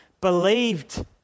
believed